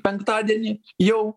penktadienį jau